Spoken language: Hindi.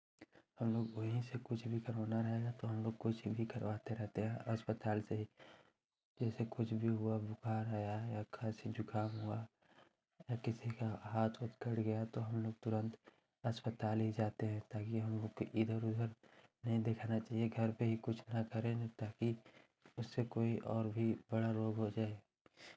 हम लोग वहीं से कुछ भी करवाना रहेगा तो हम लोग कुछ भी करवाते रहते हैं अस्पताल से ही जैसे कुछ भी हुआ बुखार आया हे या खाँसी ज़ुखाम हुआ या किसी का हाथ उथ कट गया तो हम लोग तुरंत अस्पताल ही जाते हैं ताकि हम लोग को इधर उधर नहीं देखना चाहिए घर पे ही कुछ ना करें ताकि उससे कोई और ही बड़ा रोग हो जाए